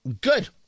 Good